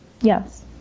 Yes